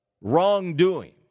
wrongdoing